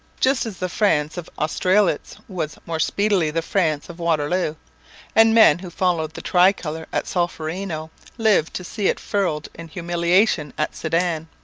just as the france of austerlitz was more speedily the france of waterloo and men who followed the tricolour at solferino lived to see it furled in humiliation at sedan.